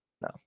No